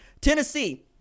Tennessee